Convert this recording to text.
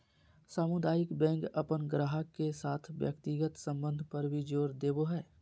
सामुदायिक बैंक अपन गाहक के साथ व्यक्तिगत संबंध पर भी जोर देवो हय